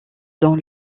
dans